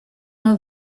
nur